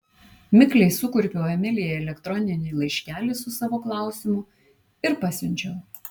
mikliai sukurpiau emilijai elektroninį laiškelį su savo klausimu ir pasiunčiau